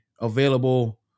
available